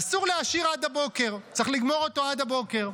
אסור להשאיר עד הבוקר, צריך לגמור אותו עד הבוקר.